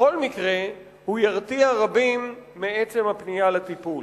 ובכל מקרה הוא ירתיע רבים מעצם הפנייה לטיפול.